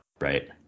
Right